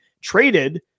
traded